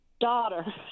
Daughter